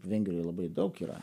vengrijoj labai daug yra